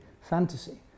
fantasy